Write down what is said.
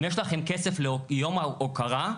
אם יש לכם כסף ליום ההוקרה,